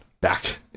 back